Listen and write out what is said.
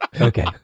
Okay